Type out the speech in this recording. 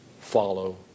follow